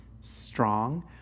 strong